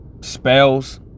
spells